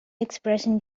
expression